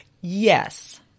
Yes